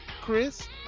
Chris